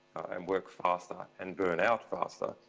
um worked faster, and burn out faster.